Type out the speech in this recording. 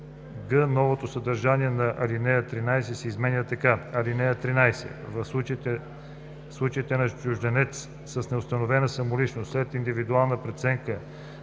„г“ новото съдържание на ал. 13 се изменя така: „(13). В случаите на чужденец с неустановена самоличност след индивидуална преценка